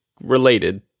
related